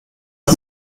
gib